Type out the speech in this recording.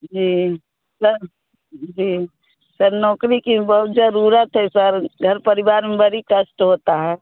जी sir जी sir नौकरी की बहुत ज़रूरत है सर घर परिवार में बड़ा कष्ट होता है